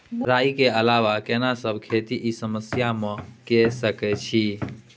राई के अलावा केना सब खेती इ समय म के सकैछी?